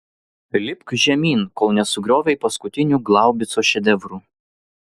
lipk žemyn kol nesugriovei paskutinių glaubico šedevrų